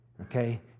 okay